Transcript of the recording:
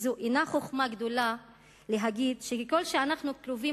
וזו אינה חוכמה גדולה להגיד שככל שאנחנו קרובים